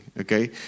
Okay